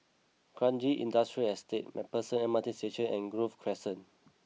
Kranji Industrial Estate MacPherson M R T Station and Grove Crescent